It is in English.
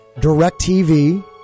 DirecTV